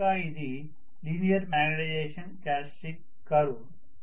ఇంకా ఇది linear magnetization characteristics curve